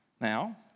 Now